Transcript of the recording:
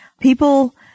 People